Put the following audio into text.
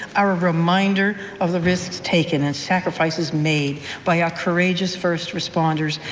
are a reminder of the risks taken and sacrifices made by our courageous first responders.